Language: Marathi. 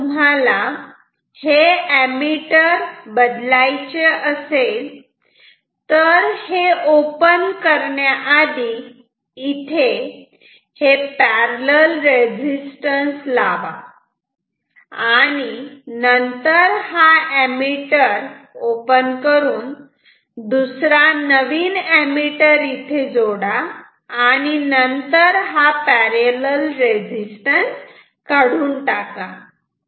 जर तुम्हाला हे एमीटर बदलायचे असेल तर हे ओपन करण्याआधी इथे हे पॅरलल रेजिस्टन्स लावा आणि नंतर हा एमीटर ओपन करून दुसरा नवीन एमीटर इथे जोडा आणि नंतर हा पॅरलल रेजिस्टन्स काढून टाका